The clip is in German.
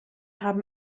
haben